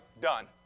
done